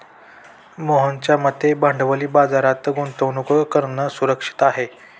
मोहनच्या मते भांडवली बाजारात गुंतवणूक करणं सुरक्षित आहे